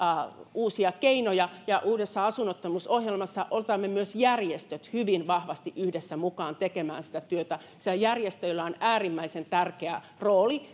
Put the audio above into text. uusia keinoja uudessa asunnottomuusohjelmassa otamme myös järjestöt hyvin vahvasti yhdessä mukaan tekemään sitä työtä sillä järjestöillä on äärimmäisen tärkeä rooli